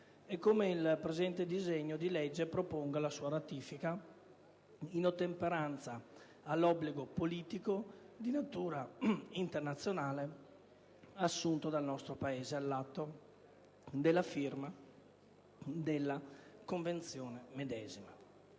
e come il presente disegno di legge proponga la sua ratifica in ottemperanza all'obbligo politico di natura internazionale assunto dal nostro Paese all'atto della firma della Convenzione medesima.